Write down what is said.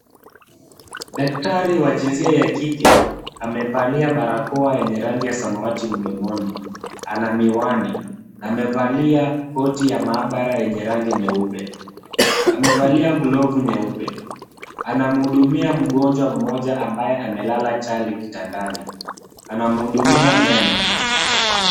Daktari wa jinsia ya kike amevalia barakoa yenye rangi ya samawati. Ana miwani. Amevalia koti ya maabara yenye rangi nyeupe. Amevalia glovu nyeupe. Anamhudumia mgonjwa mmoja ambaye amelala chali kitandani. Anamhudumia meno.